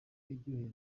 iryoheye